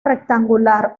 rectangular